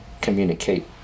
communicate